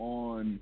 on